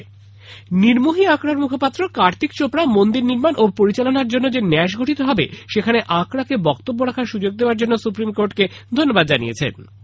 অন্যদিকে নির্মোহী আখড়ার মুখপাত্র কার্তিক চোপড়া মন্দির নির্মাণ ও পরিচালনার জন্য যে ন্যাস গঠিত হবে সেখানে আখড়াকে বক্তব্য রাখার সুযোগ দেবার জন্য সুপ্রিম কোর্টকে ধন্যবাদ জানিয়েছেন